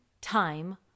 time